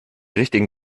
richtigen